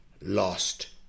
lost